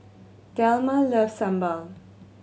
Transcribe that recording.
Delma loves sambal